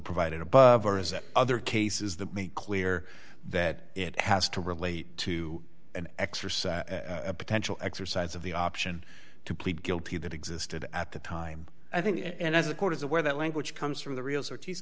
provided above or is that other cases that made clear that it has to relate to an exercise a potential exercise of the option to plead guilty that existed at the time i think and as the court is aware that language comes from the real